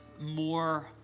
more